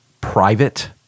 private